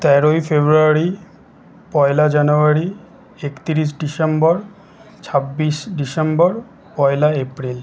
তেরোই ফেব্রুয়ারি পয়লা জানুয়ারী একত্রিশ ডিসেম্বর ছাব্বিশ ডিসেম্বর পয়লা এপ্রিল